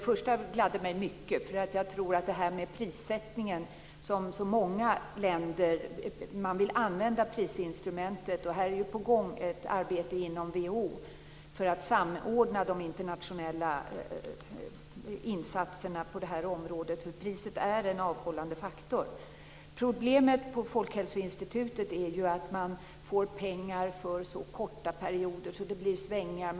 Fru talman! Det första gladde mig mycket. Många länder vill använda prisinstrumentet. Här är det ju på gång ett arbete inom WHO för att samordna de internationella insatserna på området. Priset är en avhållande faktor. Problemet på Folkhälsoinstitutet är ju att man får pengar för så korta perioder så att det blir svängningar.